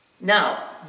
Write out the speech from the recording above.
Now